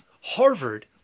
Harvard